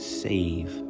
save